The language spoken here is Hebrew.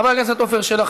חבר הכנסת עפר שלח,